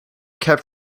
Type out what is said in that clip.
kept